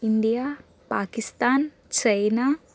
India Pakistan China